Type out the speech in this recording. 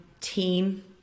team